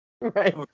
Right